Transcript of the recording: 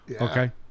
Okay